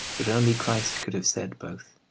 but only christ could have said both,